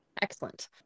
Excellent